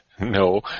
No